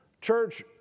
Church